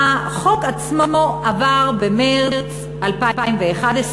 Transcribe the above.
החוק עצמו עבר במרס 2011,